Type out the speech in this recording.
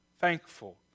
thankful